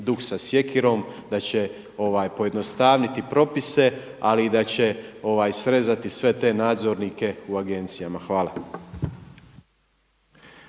duh sa sjekirom, da će pojednostaviti propise, ali i da će srezati sve te nadzornike u agencijama. Hvala.